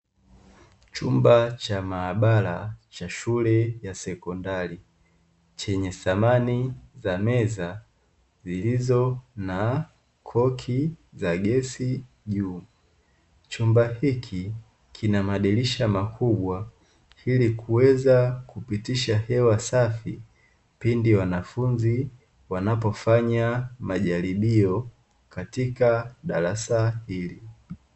Chumba cha maabara ya Shule ya Sekondari chenye samani za meza zilizo na koki za gesi juu. Chumba hiki kina madirisha makubwa ili kuweza kupitishwa hewa safi pindi wanafunzi wanapofanya majaribio katika darasa hili.